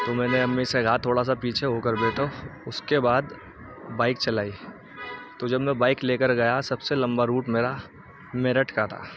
تو میں نے امی سے کہا تھوڑا سا پیچھے ہو کر بیٹھو اس کے بعد بائک چلائی تو جب میں بائک لے کر گیا سب سے لمبا روٹ میرا میرٹھ کا تھا